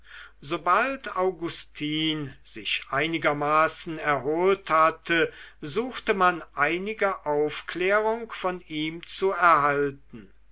sobald augustin sich einigermaßen erholt hatte suchte man einige aufklärung von ihm zu erhalten